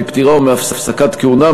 מפטירה או מהפסקת כהונה,